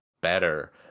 better